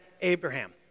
Abraham